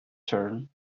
turn